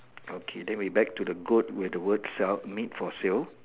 okay then we back to the goat with word sell meat for sale